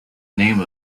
name